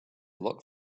locked